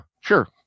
sure